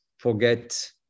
forget